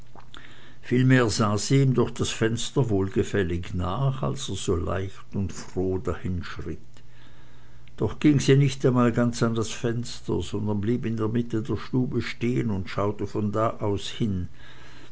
vielmehr sah sie ihm durch das fenster wohlgefällig nach als er so leicht und froh dahinschritt doch ging sie nicht einmal ganz an das fenster sondern blieb in der mitte der stube stehen und schaute von da aus hin